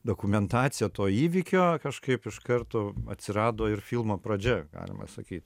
dokumentaciją to įvykio kažkaip iš karto atsirado ir filmo pradžia galima sakyt